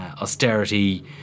austerity